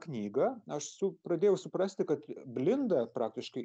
knygą aš su pradėjau suprasti kad blinda praktiškai